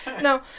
No